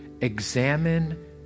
examine